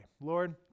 Lord